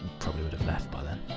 probably would've left by then.